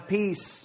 peace